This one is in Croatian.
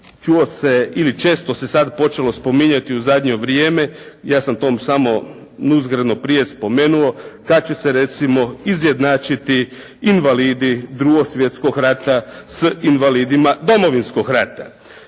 Čuo se ili često se sada počelo spominjati u zadnje vrijeme, ja sam tom samo uzgredno prije spomenuo, kada će se recimo izjednačiti invalidi 2. svjetskog rata s invalidima Domovinskog rata.